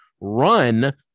run